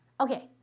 Okay